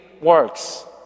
works